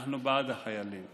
אנחנו בעד החיילים,